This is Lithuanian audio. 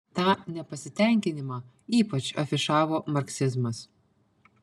tą nepasitenkinimą ypač afišavo marksizmas